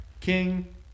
king